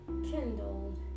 kindled